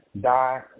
die